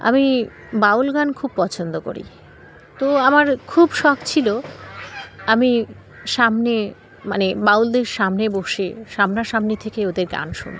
আমি বাউল গান খুব পছন্দ করি তো আমার খুব শখ ছিল আমি সামনে মানে বাউলদের সামনে বসে সামনাসামনি থেকে ওদের গান শুনব